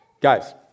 Guys